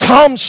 Tom